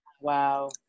wow